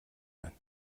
байна